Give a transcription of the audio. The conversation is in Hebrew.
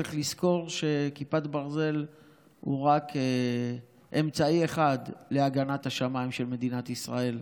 צריך לזכור שכיפת ברזל היא רק אמצעי אחד להגנת השמיים של מדינת ישראל,